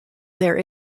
there